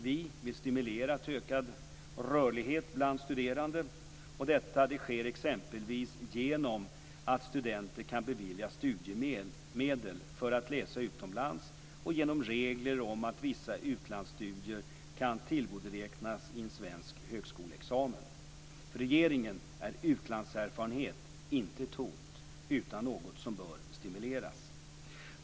Vi vill stimulera till ökad rörlighet bland studerande. Detta sker exempelvis genom att studenter kan beviljas studiemedel för att läsa utomlands och genom regler om att vissa utlandsstudier kan tillgodoräknas i en svensk högskoleexamen. För regeringen är utlandserfarenhet inte ett hot utan något som bör stimuleras.